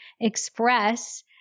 express